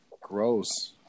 Gross